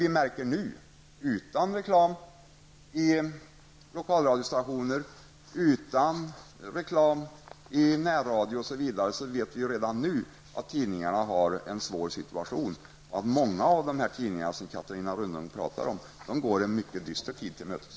Vi märker redan nu, utan reklam i lokalradiostationer och närradiostationer, att tidningarna har en svår situation. Många av de tidningar Catarina Rönnung talar om går en mycket dyster tid till mötes.